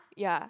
ya